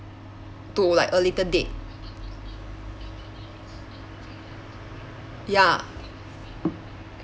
to like a little date ya